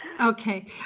okay